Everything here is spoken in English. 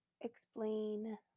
explain